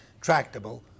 tractable